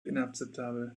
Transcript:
inakzeptabel